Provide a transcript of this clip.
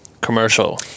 Commercial